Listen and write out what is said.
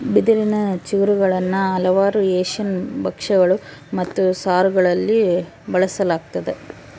ಬಿದಿರಿನ ಚಿಗುರುಗುಳ್ನ ಹಲವಾರು ಏಷ್ಯನ್ ಭಕ್ಷ್ಯಗಳು ಮತ್ತು ಸಾರುಗಳಲ್ಲಿ ಬಳಸಲಾಗ್ತದ